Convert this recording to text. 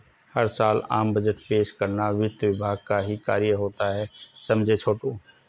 हर साल आम बजट पेश करना वित्त विभाग का ही कार्य होता है समझे छोटू